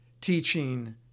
teaching